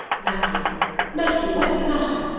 matthew matthew what is the matter?